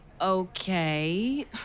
Okay